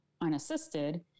unassisted